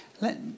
Let